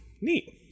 Neat